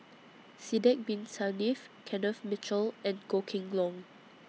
Sidek Bin Saniff Kenneth Mitchell and Goh Kheng Long